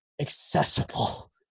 accessible